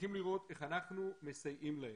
צריכים לראות איך אנחנו מסייעים להם.